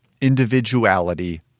individuality